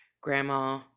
Grandma